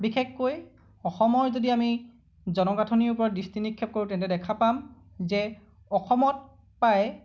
বিশেষকৈ অসমৰ যদি আমি জনগাঁথনিৰ ওপৰত দৃষ্টি নিক্ষেপ কৰোঁ তেন্তে দেখা পাম যে অসমত প্ৰায়